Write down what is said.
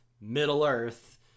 Middle-earth